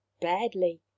Badly